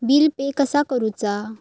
Bill pay कसा करुचा?